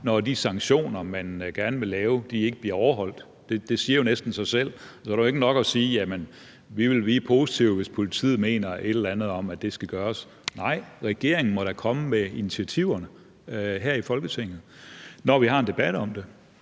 når de sanktioner, man gerne vil lave, ikke bliver overholdt. Det siger jo næsten sig selv. Det er jo ikke nok at sige, at man er positive, hvis politiet mener, at der skal gøres et eller andet. Nej, regeringen må da komme med initiativerne her i Folketinget, når vi har en debat om det.